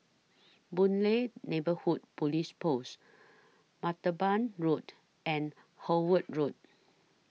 Boon Lay Neighbourhood Police Post Martaban Road and Howard Road